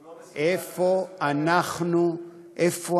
הוא לא מסוגל, איפה אנחנו חיים?